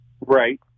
Right